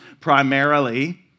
primarily